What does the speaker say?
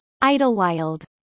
Idlewild